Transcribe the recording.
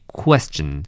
question